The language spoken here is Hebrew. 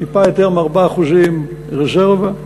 טיפה יותר מ-4% רזרבה,